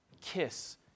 kiss